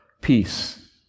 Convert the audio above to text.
peace